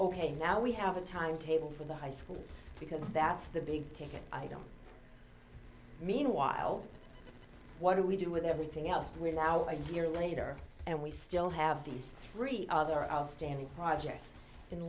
ok now we have a timetable for the high school because that's the big ticket item meanwhile what do we do with everything else but will allow a year later and we still have these three other outstanding projects in